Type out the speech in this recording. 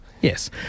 Yes